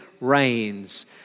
reigns